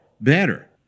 better